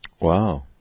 Wow